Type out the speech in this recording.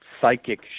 psychic